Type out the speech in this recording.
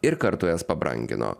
ir kartu jas pabrangino